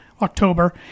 October